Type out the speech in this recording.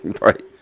Right